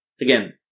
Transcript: Again